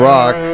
Rock